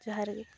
ᱡᱚᱦᱟᱨ ᱜᱮ